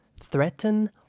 threaten